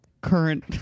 current